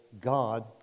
God